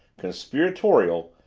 conspiratorial,